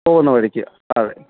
പോവുന്ന വഴിയ്ക്ക് അതെ